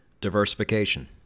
Diversification